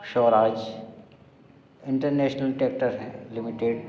शौराज international tractor हैं limited